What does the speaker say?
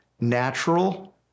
natural